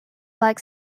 like